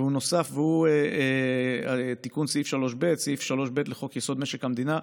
והוא נוסף בתיקון סעיף 3ב לחוק-יסוד: משק המדינה,